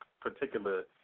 particular